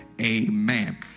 Amen